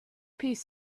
piece